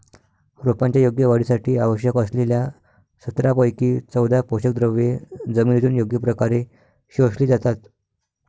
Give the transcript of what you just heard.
रोपांच्या योग्य वाढीसाठी आवश्यक असलेल्या सतरापैकी चौदा पोषकद्रव्ये जमिनीतून योग्य प्रकारे शोषली जातात